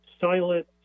silent